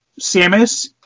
Samus